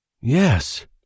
Yes